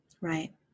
Right